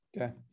Okay